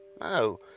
no